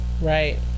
Right